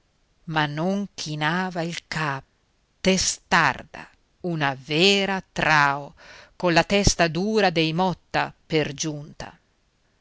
ma non chinava il capo testarda una vera trao colla testa dura dei motta per giunta